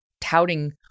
touting